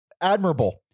admirable